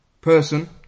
person